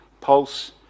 pulse